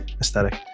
aesthetic